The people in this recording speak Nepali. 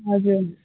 हजुर